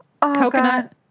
coconut